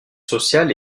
social